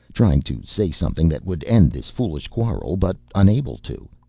trying to say something that would end this foolish quarrel, but unable to.